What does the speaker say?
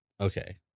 Okay